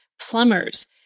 plumbers